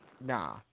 Nah